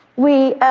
we,